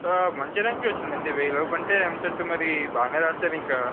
మంచి ర్యాంకే వచ్చింది అండి వెయ్యి లోపు అంటే ఎంసెట్ మరి బాగానే వ్రాసారు ఇంకా